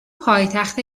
پایتخت